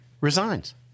resigns